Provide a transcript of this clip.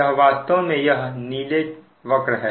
यह वास्तव में यह नीला वक्र हैं